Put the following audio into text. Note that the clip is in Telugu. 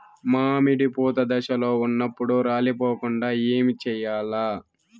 మామిడి పూత దశలో ఉన్నప్పుడు రాలిపోకుండ ఏమిచేయాల్ల?